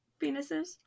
penises